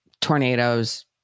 tornadoes